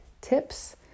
tips